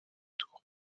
tour